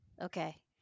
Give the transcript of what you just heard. Okay